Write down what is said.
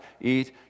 eat